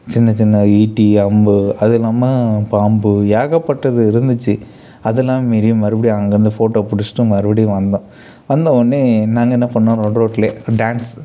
சின்னச்சின்ன ஈட்டி அம்பு அது இல்லாமல் பாம்பு ஏகப்பட்டது இருந்துச்சு அது எல்லாம் மீறியும் மறுபுடியும் அங்கேருந்து ஃபோட்டோ பிடிச்சிட்டு மறுபடியும் வந்தோம் வந்தவோன்னே நாங்கள் என்ன பண்ணோம் நடு ரோட்லையே டான்ஸு